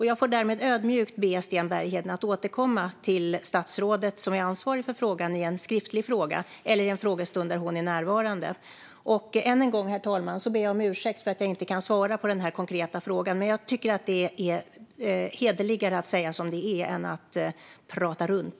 Jag får därmed ödmjukt be Sten Bergheden att återkomma till statsrådet som är ansvarig för frågan i en skriftlig fråga eller i en frågestund där hon är närvarande. Än en gång, herr talman, ber jag om ursäkt för att jag inte kan svara på den konkreta frågan. Men det är hederligare att säga som det är än att prata runt.